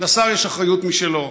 לשר יש אחריות משלו.